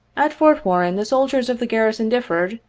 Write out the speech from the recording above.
at fort warren the soldiers of the garrison differed,